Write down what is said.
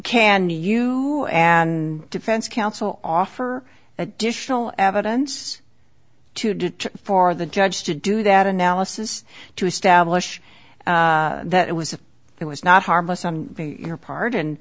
can you and defense counsel offer additional evidence to did for the judge to do that analysis to establish that it was it was not harmless on your part and